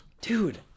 dude